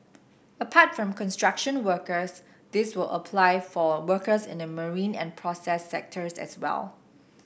apart from construction workers this will apply for workers in the marine and process sectors as well